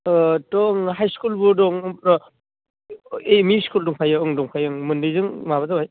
थ' आं हाइस्कुलबो दं एमइ स्कुल दंफायो दंखायो मोन्नैजों माबा जाबाय